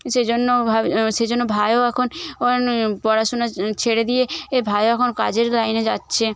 সে জন্য ভা সে জন্য ভাইও এখন অন পড়াশোনা ছেড়ে দিয়ে এ ভাই এখন কাজের লাইনে যাচ্ছে